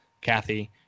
Kathy